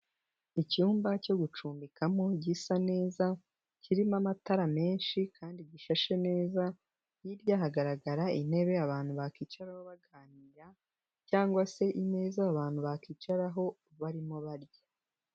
Icyumba cyo gucumbikamo gisa neza, kirimo amatara menshi kandi gishashe neza, hirya hagaragara intebe abantu bakicararaho baganira cyangwa se imeza abantu bakicaraho barimo barya.